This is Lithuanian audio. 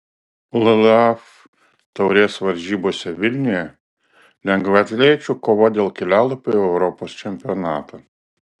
llaf taurės varžybose vilniuje lengvaatlečių kova dėl kelialapių į europos čempionatą